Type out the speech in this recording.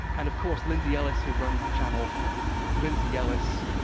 and of course, lindsay ellis, who runs the channel lindsay ellis.